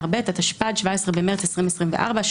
התשפ"א 2021‏ (להלן, תיקון מס' 4),